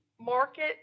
market